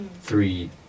three